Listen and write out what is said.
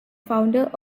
founder